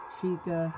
Chica